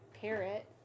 parrot